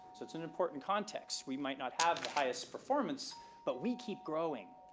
it's it's an important context. we might not have the highest performance but we keep growing.